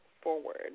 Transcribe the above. forward